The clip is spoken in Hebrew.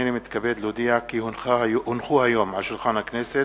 הנני מתכבד להודיע, כי הונחו היום על שולחן הכנסת,